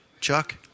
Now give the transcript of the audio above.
Chuck